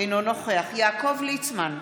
אינו נוכח יעקב ליצמן,